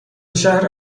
شهر